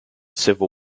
civil